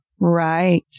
Right